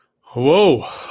Whoa